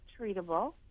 treatable